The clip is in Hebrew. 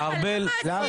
ארבל, לא.